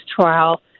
trial